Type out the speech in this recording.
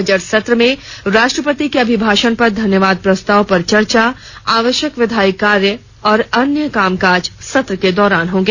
budget सत्र में राष्ट्रापति के अभिभाषण पर धन्यावाद प्रस्ताव पर चर्चा आवश्यक विधायी कार्य और अन्य कामकाज सत्र के दौरान होगा